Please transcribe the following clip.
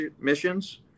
missions